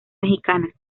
mexicana